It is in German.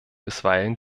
bisweilen